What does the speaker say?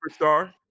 superstar